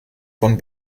von